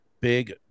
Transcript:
big